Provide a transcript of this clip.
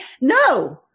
No